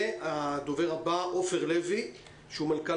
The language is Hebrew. הדובר הבא הוא עופר לוי, מנכ"ל